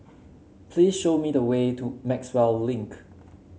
please show me the way to Maxwell Link